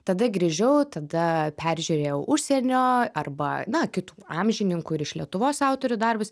tada grįžau tada peržiūrėjau užsienio arba na kitų amžininkų ir iš lietuvos autorių darbus